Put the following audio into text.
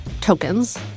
tokens